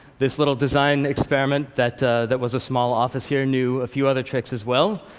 this little design experiment that that was a small office here knew a few other tricks as well.